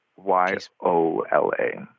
y-o-l-a